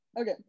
Okay